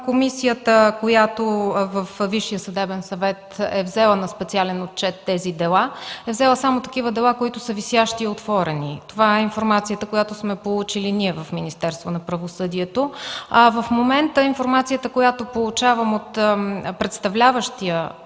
комисията, която във Висшия съдебен съвет има на специален отчет тези дела, е взела само такива, които са висящи и отворени. Това е информацията, която сме получили в Министерството на правосъдието. В момента информацията, която получавам от представляващия